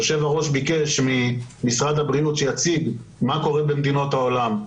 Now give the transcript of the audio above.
היושב-ראש ביקש ממשרד הבריאות שיציג מה קורה במדינות העולם,